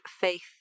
faith